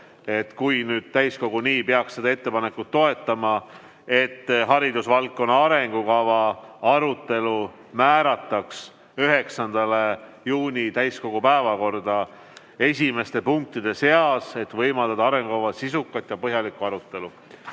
et kui täiskogu peaks seda ettepanekut toetama, siis haridusvaldkonna arengukava arutelu määrataks 9. juuni täiskogu päevakorda esimeste punktide seas, et võimaldada arengukava sisukat ja põhjalikku arutelu.